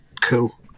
cool